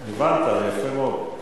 הבנת, יפה מאוד.